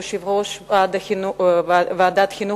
יושב-ראש ועדת החינוך,